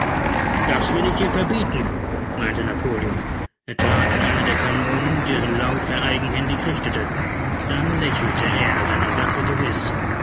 das will ich ihr verbieten meinte napoleon er trat an eine der kanonen deren lauf er eigenhändig richtete dann lächelte er seiner sache gewiß